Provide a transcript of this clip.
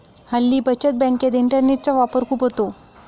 हल्ली बचत बँकेत इंटरनेटचा वापर खूप होतो